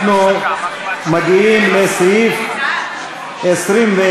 חברי הכנסת, אנחנו מגיעים לסעיף 21,